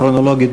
כרונולוגית,